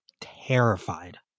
terrified